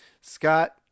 Scott